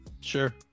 Sure